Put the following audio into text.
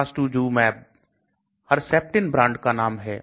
Trastuzumab Herceptin brand का नाम है